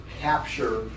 capture